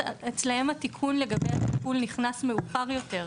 אצלם התיקון לגבי הטיפול נכנס מאוחר יותר.